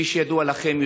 כפי שידוע לכם,